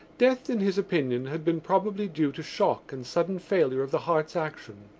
death, in his opinion, had been probably due to shock and sudden failure of the heart's action.